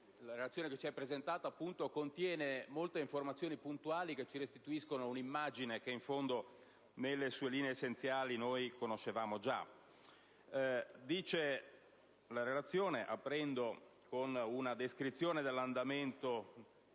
La relazione che ci ha presentato contiene quindi molte informazioni puntuali. Esse ci restituiscono però un'immagine che, in fondo, nelle sue linee essenziali, conoscevamo già. La relazione apre con una descrizione dell'andamento